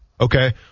okay